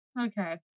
okay